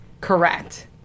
Correct